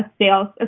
sales